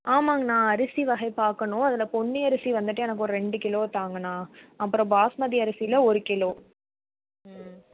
ஆமாங்ணா அரிசி வகை பார்க்கணும் அதில் பொன்னி அரிசி வந்துட்டு எனக்கு ஒரு ரெண்டு கிலோ தாங்கண்ணா அப்புறம் பாஸ்மதி அரிசியில் ஒரு கிலோ ம்